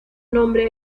nombre